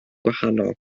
gwahanol